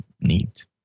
Neat